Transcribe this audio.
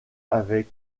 avec